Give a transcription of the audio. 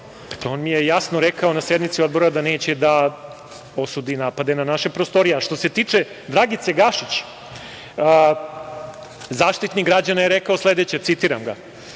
on mi je jasno rekao na sednici odbora da neće da osudi napade na naše prostorije. Što se tiče Dragice Gašić, Zaštitnik građana je rekao sledeće – što